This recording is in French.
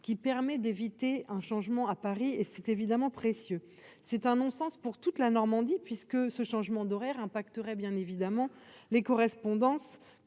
qui permet d'éviter un changement à Paris et c'est évidemment précieux, c'est un non-sens pour toute la Normandie, puisque ce changement d'horaire pacte aurait bien évidemment les correspondances